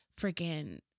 freaking